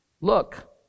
Look